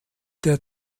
der